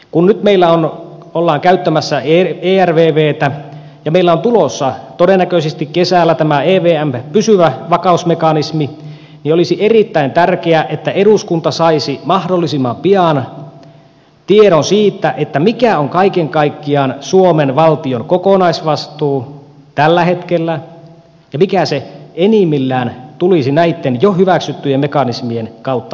kun nyt meillä ollaan käyttämässä ervvtä ja meillä on tulossa todennäköisesti kesällä tämä evm pysyvä vakausmekanismi niin olisi erittäin tärkeää että eduskunta saisi mahdollisimman pian tiedon siitä mikä on kaiken kaikkiaan suomen valtion kokonaisvastuu tällä hetkellä ja mikä se enimmillään tulisi näitten jo hyväksyttyjen mekanismien kautta olemaan